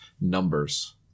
numbers